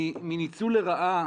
מניצול לרעה